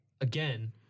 again